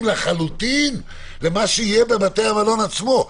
לחלוטין למה שיהיה בבית המלון עצמו.